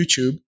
YouTube